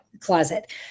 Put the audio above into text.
closet